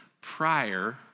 prior